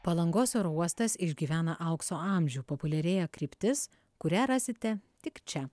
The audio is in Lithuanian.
palangos oro uostas išgyvena aukso amžių populiarėja kryptis kurią rasite tik čia